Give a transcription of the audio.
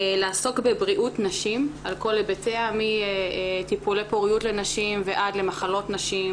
לעסוק בבריאות נשים על כל היבטיה מטיפולי פוריות לנשים ועד למחלות נשים